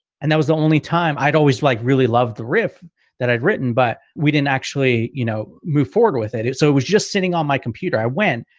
and that was the only time i'd always like, really loved the riff that i'd written. but we didn't actually, you know, move forward with it. so it was just sitting on my computer, i went,